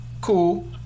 Cool